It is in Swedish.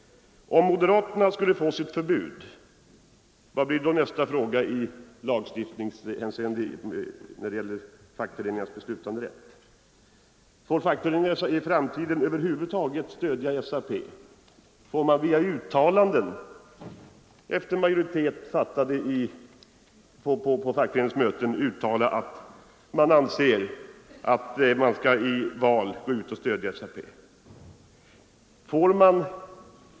Om moderaterna skulle få sitt förbud, vad blir då nästa lagstiftning mot fackföreningarnas beslutanderätt? Får fackföreningarna i framtiden i uttalanden stödja SAP? Får de via uttalanden antagna av en majoritet på ett fackföreningsmöte framföra sin åsikt att man i val skall stödja SAP?